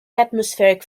atmospheric